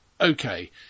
Okay